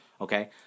Okay